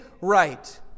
right